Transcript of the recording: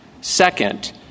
Second